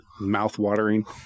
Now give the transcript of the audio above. Mouth-watering